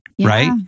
Right